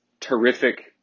terrific